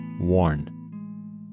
worn